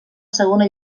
segona